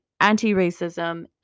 anti-racism